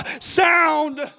sound